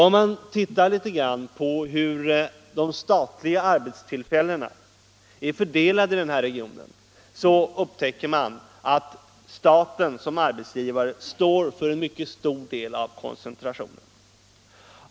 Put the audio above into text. Om man ser på hur de statliga arbetsplatserna är fördelade i regionen finner man att staten som arbetsgivare står för en mycket stor del av koncentrationen.